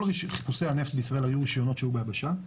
כל חיפושי הנפט בישראל היו רישיונות שהיו ביבשה,